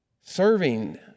serving